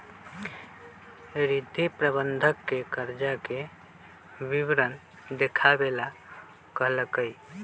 रिद्धि प्रबंधक के कर्जा के विवरण देखावे ला कहलकई